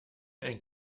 ein